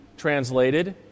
Translated